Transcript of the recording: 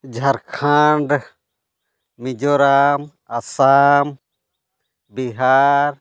Jharkhand Mizoram Assam Bihar